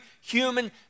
human